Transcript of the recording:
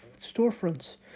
storefronts